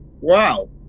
Wow